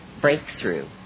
breakthrough